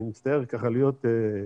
אני מצטער ככה להיות ציני,